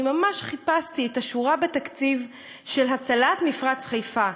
אני ממש חיפשתי את השורה בתקציב של הצלת מפרץ חיפה,